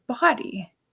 body